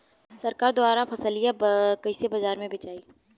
सरकार द्वारा फसलिया कईसे बाजार में बेचाई?